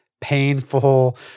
painful